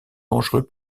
dangereux